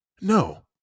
No